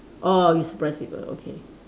orh you surprise people okay